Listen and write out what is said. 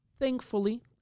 Thankfully